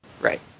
Right